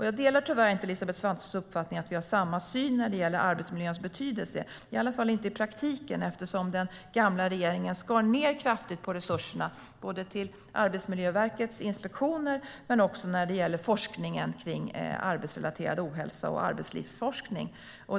Jag delar tyvärr inte Elisabeth Svantessons uppfattning att vi har samma syn på arbetsmiljöns betydelse, i alla fall inte när det kommer till praktiken; den gamla regeringen skar ned kraftigt på resurserna till Arbetsmiljöverkets inspektioner samt till forskning om arbetsrelaterad ohälsa och arbetslivsforskning.